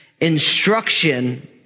instruction